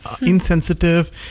insensitive